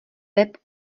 web